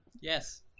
Yes